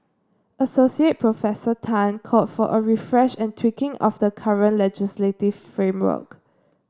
Assoc Professor Tan called for a refresh and tweaking of the current legislative framework